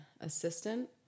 assistant